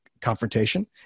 confrontation